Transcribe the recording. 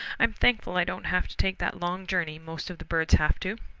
i'm thankful i don't have to take that long journey most of the birds have to.